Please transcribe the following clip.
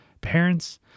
Parents